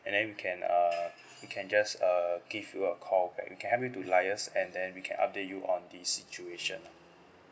and then we can uh we can just uh give you a call we can we can help you to liaise and then we can update you on the situation ah